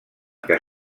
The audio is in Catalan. que